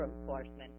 enforcement